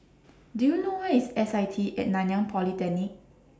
Do YOU know Where IS S I T At Nanyang Polytechnic